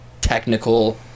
technical